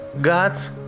God's